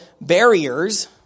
barriers